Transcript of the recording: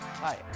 Hi